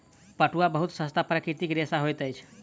पटुआ बहुत सस्ता प्राकृतिक रेशा होइत अछि